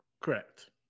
correct